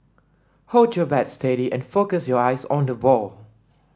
hold your bat steady and focus your eyes on the ball